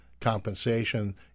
compensation